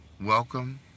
Welcome